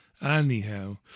Anyhow